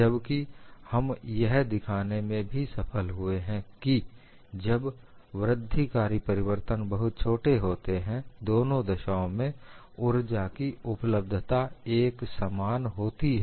जबकि हम यह दिखाने में भी सफल हुए हैं कि जब वृद्धिकारी परिवर्तन बहुत छोटे होते हैं दोनों दशाओं में ऊर्जा की उपलब्धता एक समान होती है